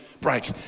break